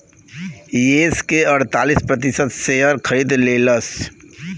yes के अड़तालीस प्रतिशत शेअर खरीद लेलस